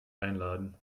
einladen